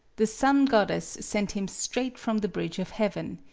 the sun-god dess sent him straight from the bridge of heaven!